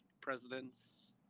presidents